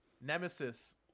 Nemesis